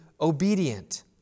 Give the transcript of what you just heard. obedient